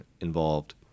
involved